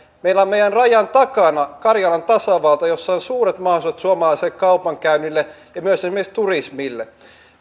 meillä on meidän rajan takana karjalan tasavalta jossa on suuret mahdollisuudet suomalaiselle kaupankäynnille ja esimerkiksi myös turismille